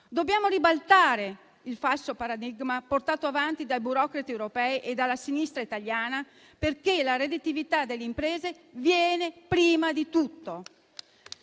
Dobbiamo ribaltare il falso paradigma portato avanti dai burocrati europei e dalla sinistra italiana, perché la redditività delle imprese viene prima di tutto.